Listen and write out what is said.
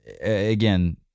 again